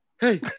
hey